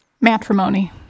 Matrimony